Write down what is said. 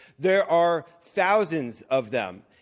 there are thousands of them.